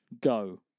Go